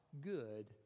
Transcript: good